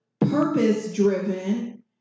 purpose-driven